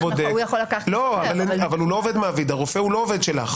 אנחנו גם לא אמורים להיכנס להסכמים עם עמותות ומעולם לא נכנסנו לזה.